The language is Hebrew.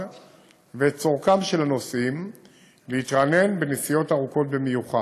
ואת צורכם של הנוסעים להתרענן בנסיעות ארוכות במיוחד.